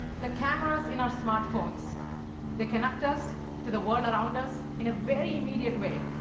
the cameras in our smartphones they connect us to the world around us in a very immediate way.